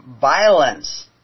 violence